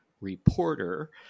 reporter